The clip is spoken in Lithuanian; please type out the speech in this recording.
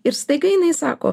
ir staiga jinai sako